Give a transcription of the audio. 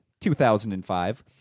2005